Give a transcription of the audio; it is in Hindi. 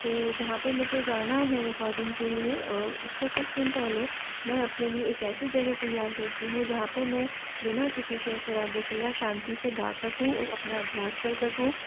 फिर जहाँ पर मुझे जाना है रिकॉर्डिंग के लिए उससे कुछ दिन पहले मैं अपने लिए एक ऐसी जगह तैयार करती हूँ जहाँ पर मैं बिना किसी शोर शराबे के या शांति से गा सकूँ और अपना अभ्यास कर सकूँ